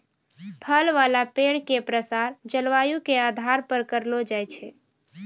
फल वाला पेड़ के प्रसार जलवायु के आधार पर करलो जाय छै